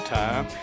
time